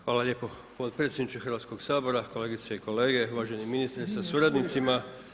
Hvala lijepo potpredsjedniče Hrvatskoga sabora, kolegice i kolege, uvaženi ministre sa suradnicima.